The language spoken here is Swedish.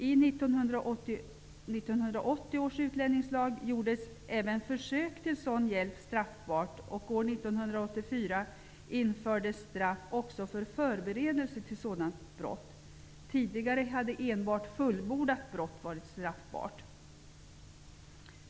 I 1980 års utlänningslag gjordes även försök till sådan hjälp straffbart, och år 1984 infördes straff också för förberedelse till sådant brott. Tidigare hade enbart fullbordat brott varit straffbart.